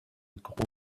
grube